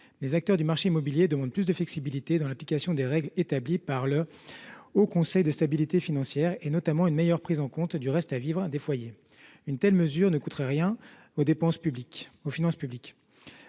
Les acteurs du marché immobilier demandent plus de flexibilité dans l’application des règles établies par le Haut Conseil de stabilité financière, notamment une meilleure prise en compte du reste à vivre des foyers. Une telle mesure ne coûterait rien aux finances publiques.